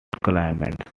climates